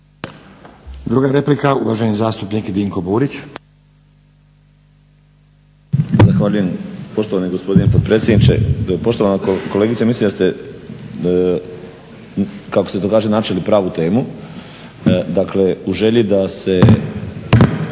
Druga replika, uvaženi zastupnik Dinko Burić. **Burić, Dinko (HDSSB)** Zahvaljujem, poštovani gospodine potpredsjedniče. Poštovana kolegice mislim da ste kako se to kaže načeli pravu temu. Dakle u želji da se